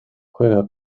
juega